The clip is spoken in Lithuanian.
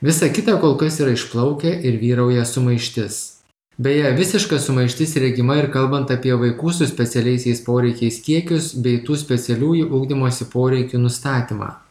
visa kita kol kas yra išplaukę ir vyrauja sumaištis beje visiška sumaištis regima ir kalbant apie vaikų su specialiaisiais poreikiais kiekius bei tų specialiųjų ugdymosi poreikių nustatymą